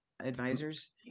advisors